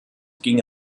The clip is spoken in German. ginge